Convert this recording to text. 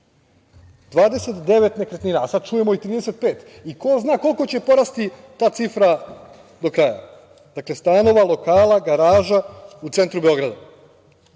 29 nekretnina, a sad čujemo i 35 i ko zna koliko će porasti ta cifra do kraja, stanova, lokala, garaža u centru Beograda